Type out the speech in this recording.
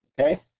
Okay